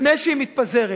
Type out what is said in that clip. לפני שהיא מתפזרת.